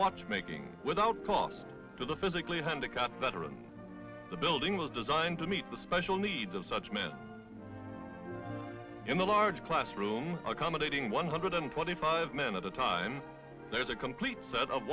watchmaking without cost to the physically hundred got better and the building was designed to meet the special needs of such men in the large classroom accommodating one hundred and twenty five men at a time there's a complete set of